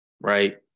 Right